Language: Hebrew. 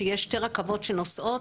שיש שתי רכבות שנוסעות.